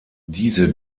diese